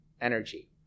energy